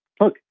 look